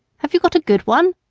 have you got a good one?